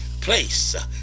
place